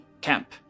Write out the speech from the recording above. camp